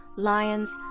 lions,